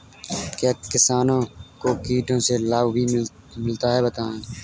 क्या किसानों को कीटों से लाभ भी मिलता है बताएँ?